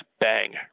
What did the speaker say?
bang